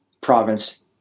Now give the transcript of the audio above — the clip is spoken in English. province